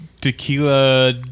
tequila